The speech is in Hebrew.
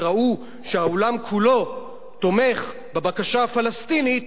כשראו שהאולם כולו תומך בבקשה הפלסטינית,